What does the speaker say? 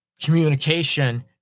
communication